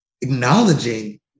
acknowledging